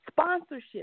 Sponsorship